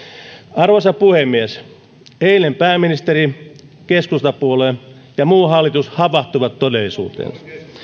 arvoisa puhemies eilen pääministeri keskustapuolue ja muu hallitus havahtuivat todellisuuteen